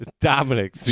dominic